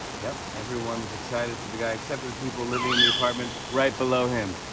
yep, everyone was excited for the guy, except for the people living in the apartment right below him.